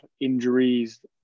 injuries